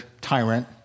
Tyrant